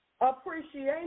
Appreciation